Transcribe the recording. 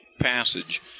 passage